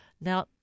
Now